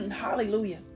hallelujah